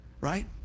right